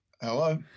Hello